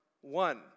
one